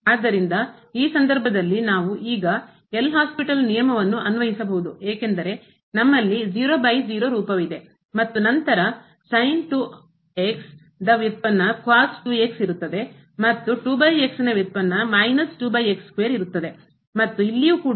ಆದ್ದರಿಂದ ಈ ಸಂದರ್ಭದಲ್ಲಿ ನಾವು ಈಗ ಎಲ್ ಹಾಸ್ಪಿಟಲ್ ನಿಯಮವನ್ನು ಅನ್ವಯಿಸಬಹುದು ಏಕೆಂದರೆ ನಮ್ಮಲ್ಲಿ 00 ರೂಪವಿದೆ ಮತ್ತು ನಂತರ ವ್ಯುತ್ಪನ್ನ ಇರುತ್ತದೆ ಮತ್ತು ನ ವ್ಯುತ್ಪನ್ನ ಇರುತ್ತದೆ ಮತ್ತು ಇಲ್ಲಿಯೂ ಕೂಡ ನಮ್ಮಲ್ಲಿ ಇದೆ